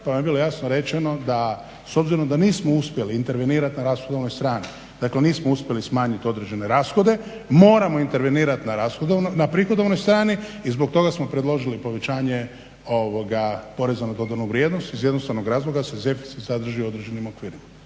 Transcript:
vam je bilo jasno rečeno da s obzirom da nismo uspjeli intervenirat na rashodovnoj strani, dakle nismo uspjeli smanjit određene rashode, moramo intervenirat na prihodovnoj strani i zbog toga smo predložili povećanje PDV-a iz jednostavnog razloga … sadrži u određenim okvirima.